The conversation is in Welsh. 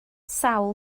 sawl